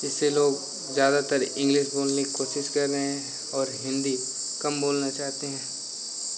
इससे लोग ज़्यादातर इंग्लिश बोलने की कोशिश कर रहे हैं और हिन्दी कम बोलना चाहते हैं